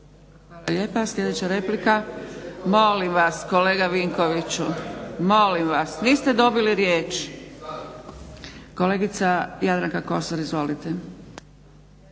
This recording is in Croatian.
lijepa. Sljedeća replika. Molim vas kolega Vinkoviću. Molim vas. Niste dobili riječ. Kolegica Jadranka Kosor, izvolite.